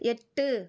எட்டு